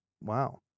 wow